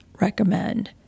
recommend